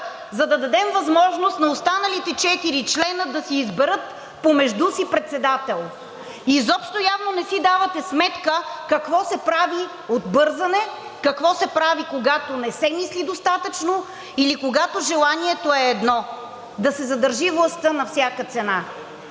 за да дадем възможност на останалите четирима от членовете да изберат помежду си председател. Изобщо явно не си давате сметка какво се прави от бързане, какво се прави, когато не се мисли достатъчно или когато желанието е едно – да се задържи властта на всяка цена.